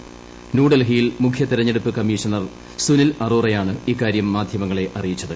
യൂക്ക് ന്യൂഡൽഹിയിൽ മുഖ്യതെരഞ്ഞെടുപ്പ് കമ്മീഷണർ സുനിൽ അറ്റോറിയാണ് ഇക്കാര്യം മാധ്യമങ്ങളെ അറിയിച്ചത്